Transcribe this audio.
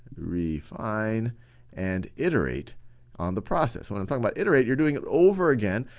refine and iterate on the process. when i'm talking about iterate, you're doing it over again,